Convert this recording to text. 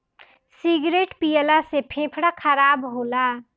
cigarette पियला से फेफड़ा खराब होला